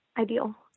ideal